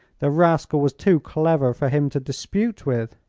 the rascal was too clever for him to dispute with.